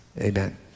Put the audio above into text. Amen